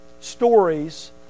stories